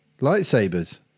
Lightsabers